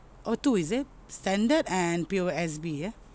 oh two is it standard and P_O_S_B ya